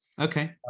Okay